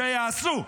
שיעשו.